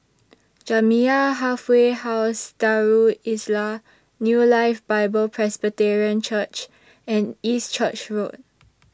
Jamiyah Halfway House Darul Islah New Life Bible Presbyterian Church and East Church Road